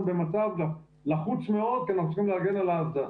במצב לחוץ מאוד כי אנחנו צריכים להגן על האסדה.